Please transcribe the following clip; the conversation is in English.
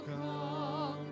come